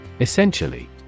Essentially